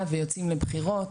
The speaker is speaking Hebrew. ההחלטה ויוצאים לבחירות,